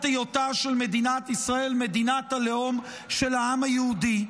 היותה של מדינת ישראל מדינת הלאום של העם היהודי,